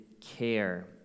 care